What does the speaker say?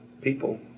People